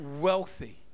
wealthy